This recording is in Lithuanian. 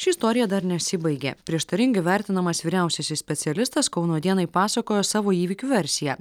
ši istorija dar nesibaigė prieštaringai vertinamas vyriausiasis specialistas kauno dienai pasakojo savo įvykių versiją